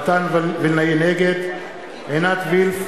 וילנאי, נגד עינת וילף,